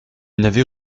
n’avait